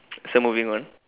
so moving on